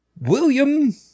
William